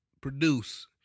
Produce